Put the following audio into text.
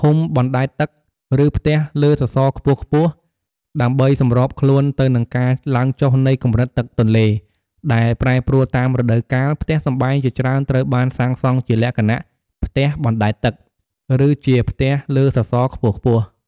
ភូមិបណ្ដែតទឹក ឬផ្ទះលើសសរខ្ពស់ៗ ដើម្បីសម្របខ្លួនទៅនឹងការឡើងចុះនៃកម្រិតទឹកទន្លេដែលប្រែប្រួលតាមរដូវកាល ផ្ទះសម្បែងជាច្រើនត្រូវបានសាងសង់ជាលក្ខណៈ ផ្ទះបណ្ដែតទឹក ឬជា ផ្ទះលើសសរខ្ពស់ៗ។